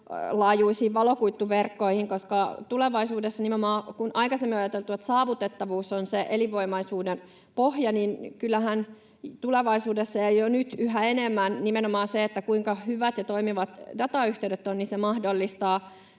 laajuisiin valokuituverkkoihin, koska kyllähän tulevaisuudessa — kun aikaisemmin on ajateltu, että saavutettavuus on se elinvoimaisuuden pohja — ja jo nyt yhä enemmän nimenomaan se, kuinka hyvät ja toimivat datayhteydet ovat, mahdollistaa